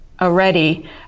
already